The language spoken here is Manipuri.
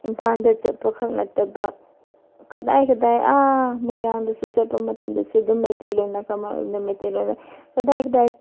ꯏꯝꯐꯥꯜꯗ ꯆꯠꯄꯈꯛ ꯅꯠꯇꯕ ꯀꯗꯥꯏ ꯀꯗꯥꯏ ꯑꯥ ꯃꯣꯏꯔꯥꯡꯗꯁꯨ ꯆꯠꯄ ꯃꯇꯝꯗꯁꯨ ꯑꯗꯨꯝ ꯃꯩꯇꯩꯂꯣꯟꯗ ꯀꯃꯟ ꯑꯣꯏꯅ ꯃꯩꯇꯩꯂꯣꯟꯗ ꯀꯗꯥꯏ ꯀꯗꯥꯏ